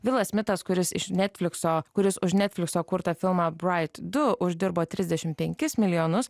vilas smitas kuris iš netflikso kuris už netflikso kurtą filmą bright du uždirbo trisdešim penkis milijonus